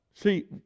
See